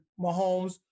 Mahomes